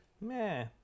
Meh